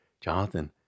Jonathan